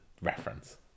reference